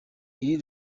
iri